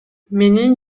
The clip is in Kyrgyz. менин